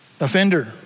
Offender